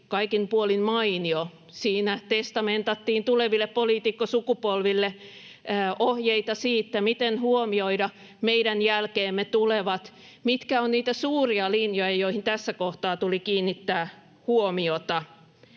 kaikin puolin mainio. Siinä testamentattiin tuleville poliitikkosukupolville ohjeita siitä, miten huomioida meidän jälkeemme tulevat ja mitkä ovat niitä suuria linjoja, joihin tässä kohtaa tuli kiinnittää huomiota.